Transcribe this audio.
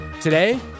Today